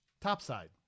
Topside